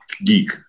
geek